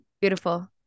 Beautiful